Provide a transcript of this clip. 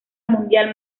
mundial